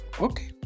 okay